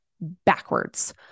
backwards